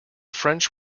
french